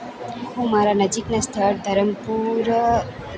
હું મારા નજીકના સ્થળ ધરમપુર